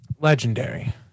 legendary